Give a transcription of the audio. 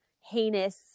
heinous